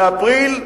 באפריל,